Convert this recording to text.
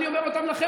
אני אומר אותם לכם,